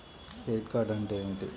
Credit card అంటే ఏమిటి?